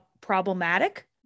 problematic